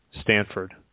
Stanford